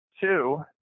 two